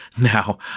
Now